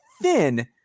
thin